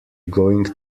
going